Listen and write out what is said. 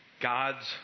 God's